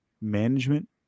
management